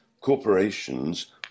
corporations